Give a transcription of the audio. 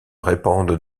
répandent